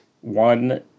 one